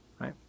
Right